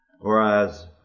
Whereas